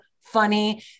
funny